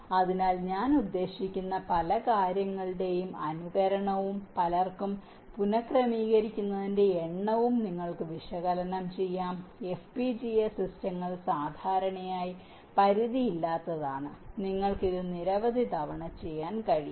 അതിനാൽ ഞാൻ ഉദ്ദേശിക്കുന്ന പല കാര്യങ്ങളുടെയും അനുകരണവും പലർക്കും പുനfക്രമീകരിക്കുന്നതിന്റെ എണ്ണവും നിങ്ങൾക്ക് വിശകലനം ചെയ്യാം FPGA സിസ്റ്റങ്ങൾ സാധാരണയായി പരിധിയില്ലാത്തതാണ് നിങ്ങൾക്ക് ഇത് നിരവധി തവണ ചെയ്യാൻ കഴിയും